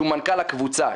שהוא מנכ"ל הקבוצה.